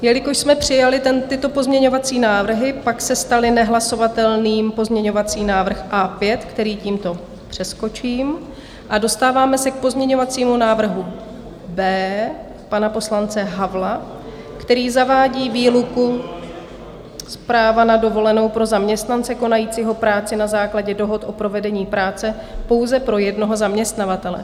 Jelikož jsme přijali tyto pozměňovací návrhy, pak se stal nehlasovatelným pozměňovací návrh A5, který tímto přeskočím, a dostáváme se k pozměňovacímu návrhu B pana poslance Havla, který zavádí výluku z práva na dovolenou pro zaměstnance konajícího práci na základě dohody o provedení práce pouze pro jednoho zaměstnavatele.